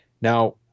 Now